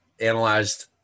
analyzed